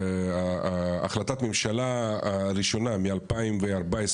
ההחלטת הממשלה הראשונה מ-2014,